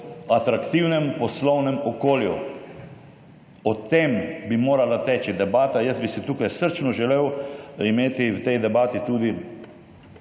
atraktivnem poslovnem okolju. O tem bi morala teči debata. Jaz bi si tukaj srčno želel imeti v tej debati tudi